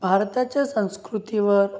भारताच्या संस्कृतीवर